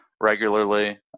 regularly